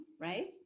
right